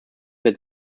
that